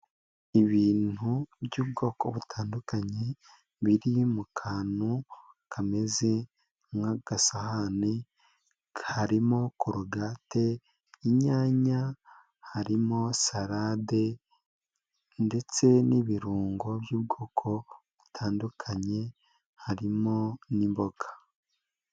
Ibintu by'ubwoko butandukanye, biri mu kantu kameze nk'agasahani karimo: korogate, inyanya harimo salade ndetse n'ibirungo by'ubwoko butandukanye, harimo n'imboga.